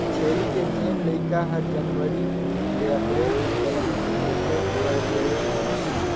छेरी के जेन लइका हर जनवरी ले अपरेल में जनम लेथे तेहर ढेरे सुग्घर होथे